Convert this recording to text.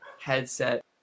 headset